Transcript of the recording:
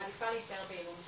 מעדיפה להישאר בעילום שם.